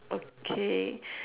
okay